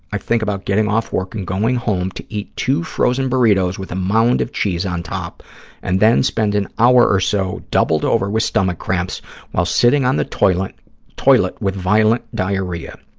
i think about getting off work and going home to eat two frozen burritos with a mound of cheese on top and then spend an hour or so doubled over with stomach cramps while sitting on the toilet toilet with violent diarrhea.